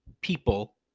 people